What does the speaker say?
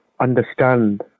understand